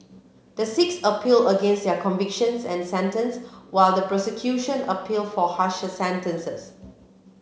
the six appeal against their convictions and sentence while the prosecution appeal for harsher sentences